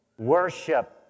Worship